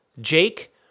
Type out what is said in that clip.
Jake